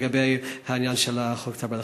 לגבי העניין של חוק צער בעלי-חיים?